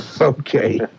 okay